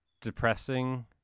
depressing